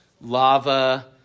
lava